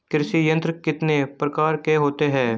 कृषि यंत्र कितने प्रकार के होते हैं?